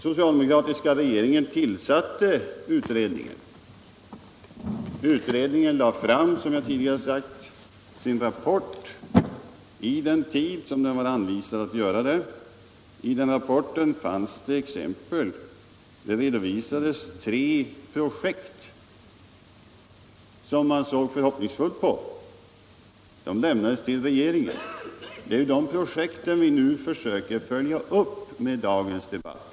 Socialdemokratiska regeringen tillsatte en utredning, och som jag tidigare sade lade den utredningen fram sin rapport inom den tid som den var anvisad att göra det. I rapporten redovisade man regeringen tre projekt som man såg förhoppningsfullt på, och det är de projekten som vi nu försöker följa upp med dagens debatt.